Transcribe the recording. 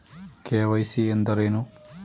KYC ಎಂದರೇನು?